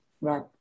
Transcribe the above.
Right